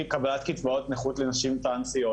לקבלת קצבאות נכות לנשים טרנסיות,